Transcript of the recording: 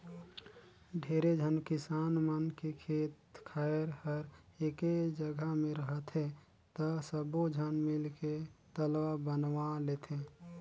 ढेरे झन किसान मन के खेत खायर हर एके जघा मे रहथे त सब्बो झन मिलके तलवा बनवा लेथें